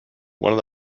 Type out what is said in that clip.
one